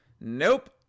Nope